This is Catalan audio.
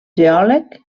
geòleg